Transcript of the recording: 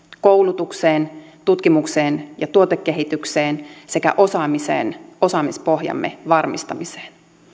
koulutukseen tutkimukseen ja tuotekehitykseen sekä osaamiseen osaamispohjamme varmistamiseen